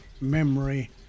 memory